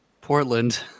Portland